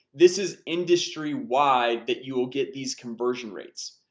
this is industry-wide, that you will get these conversion rates.